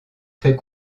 fait